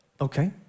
Okay